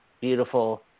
beautiful